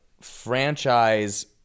franchise